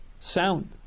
sound